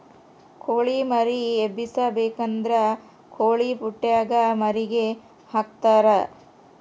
ಕೊಳಿ ಮರಿ ಎಬ್ಬಿಸಬೇಕಾದ್ರ ಕೊಳಿಪುಟ್ಟೆಗ ಮರಿಗೆ ಹಾಕ್ತರಾ